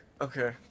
Okay